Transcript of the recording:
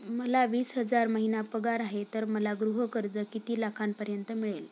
मला वीस हजार महिना पगार आहे तर मला गृह कर्ज किती लाखांपर्यंत मिळेल?